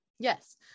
Yes